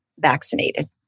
vaccinated